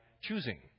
choosing